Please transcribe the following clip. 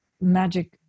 magic